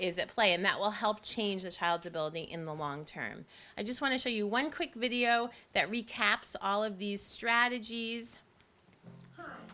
is at play and that will help change the child's ability in the long term i just want to show you one quick video that recaps all of these strategies